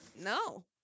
no